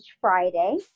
friday